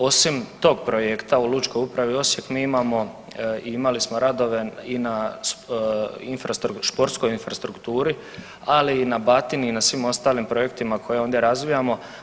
Osim tog projekta u lučkoj upravi Osijek mi imamo i imali smo radovi i na športskoj infrastrukturi, ali i na Batini i na svim ostalim projektima koje ondje razvijamo.